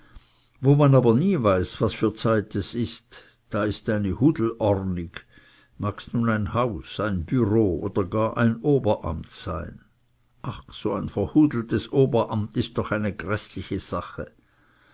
wo man aber nie weiß was für zeit es ist da ist eine hudelornig mags nun ein haus ein bureau oder gar ein oberamt sein ach so ein verhudeltes oberamt ist doch eine gräßliche sache